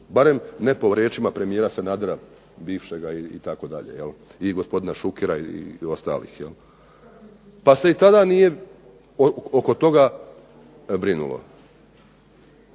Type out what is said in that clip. barem ne po riječima premijera Sanadera bivšega i gospodina Šukera i ostalih. Pa se i tada nije oko toga brinulo